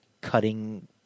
cutting